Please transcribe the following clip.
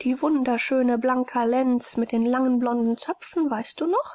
die wunderschöne blanka lenz mit den langen blonden zöpfen weißt du noch